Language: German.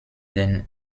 den